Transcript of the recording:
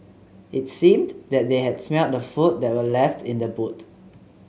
it seemed that they had smelt the food that were left in the boot